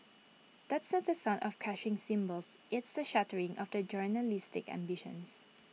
that's not the sound of crashing cymbals it's the shattering of their journalistic ambitions